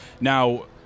Now